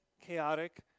chaotic